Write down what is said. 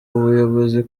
ubuyobozi